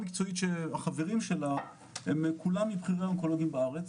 שהחברים שלה כולם מבכירי האונקולוגים בארץ.